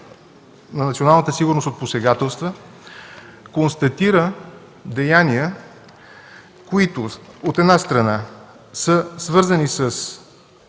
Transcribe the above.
на националната сигурност от посегателства, констатира деяния, които, от една страна, са свързани с